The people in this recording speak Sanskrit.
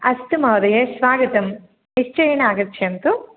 अस्तु महोदये स्वागतं निश्चयेन आगच्छन्तु